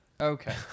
Okay